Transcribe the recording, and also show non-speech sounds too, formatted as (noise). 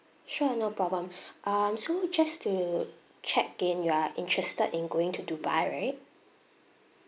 sure no problem (breath) um so just to check again you are interested in going to dubai right